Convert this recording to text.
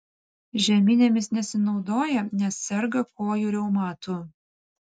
žeminėmis nesinaudoja nes serga kojų reumatu